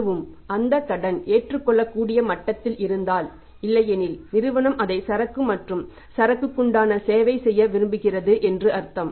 அதுவும் அந்த கடன் ஏற்றுக்கொள்ளக்கூடிய மட்டத்தில் இருந்தால் இல்லையெனில் நிறுவனம் அதை சரக்கு மற்றும் சரக்கு குண்டான செலவைச் செய்ய விரும்புகிறது என்று அர்த்தம்